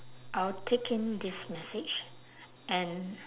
I will take in this message and